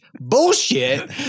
bullshit